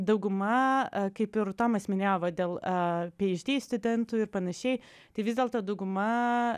dauguma kaip ir tomas minėjo dėl phd studentų ir panašiai tai vis dėlto dauguma